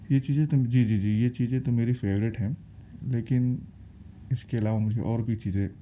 یہ چیزیں تو جی جی جی یہ چیزیں تو میری فیورٹ ہیں لیکن اس کے علاوہ مجھے اور بھی چیزیں